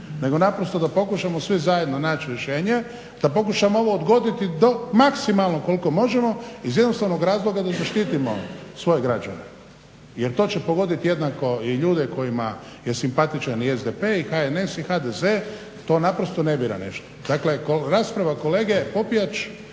nego naprosto da pokušamo svi zajedno naći rješenje, da pokušamo ovo odgoditi do maksimalno koliko možemo iz jednostavnog razloga da zaštitimo svoje građane jer to će pogoditi jednako i ljude kojima je simpatičan i SDP i HNS i HDZ. To naprosto ne bira nešto. Dakle, rasprava kolege Popijač